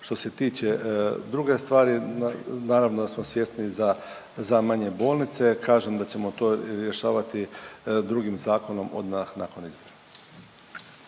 Što se tiče druge stvari, naravno da smo svjesni za, za manje bolnice. Kažem da ćemo to rješavati drugim zakonom, odmah nakon izbora.